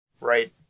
Right